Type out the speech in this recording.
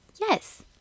yes